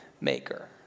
maker